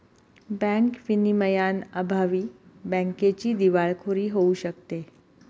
bank विनियमांअभावी बँकेची दिवाळखोरी होऊ शकते